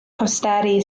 posteri